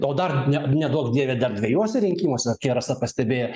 o dar ne neduok dieve dar dvejuose rinkimuose kaip rasa pastebėjo